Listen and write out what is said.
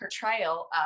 portrayal